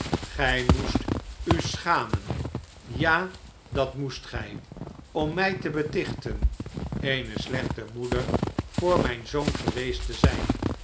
g-ij moest u schamen ja dat moest gij om mi te betichten eene slechte moeder voor mijn zoon geweest te zijn